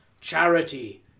Charity